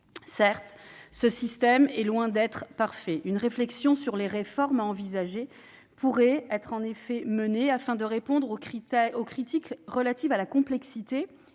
Certes, ce système est loin d'être parfait. Une réflexion sur les réformes à envisager pourrait en effet être menée, afin de répondre aux critiques relatives à la complexité